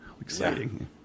exciting